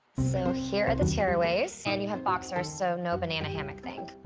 so here are the tearaways, and you have boxers, so no banana hammock thing.